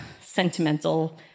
sentimental